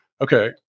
Okay